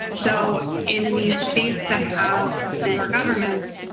so in these states that have bluer governments,